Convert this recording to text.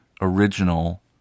original